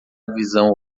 visão